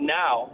now